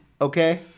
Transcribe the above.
Okay